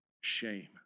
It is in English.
shame